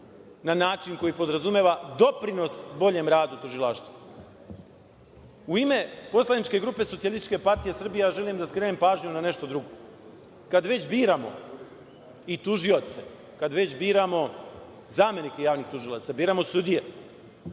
na način koji podrazumeva doprinos boljem radu tužilaštva.U ime poslaničke grupe SPS želim da skrenem pažnju na nešto drugo. Kada već biramo i tužioce, kada već biramo zamenike javnih tužilaca, biramo sudije,